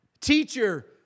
Teacher